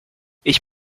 ich